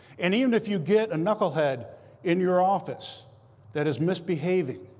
and even if you get a knucklehead in your office that is misbehaving,